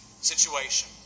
situation